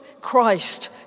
christ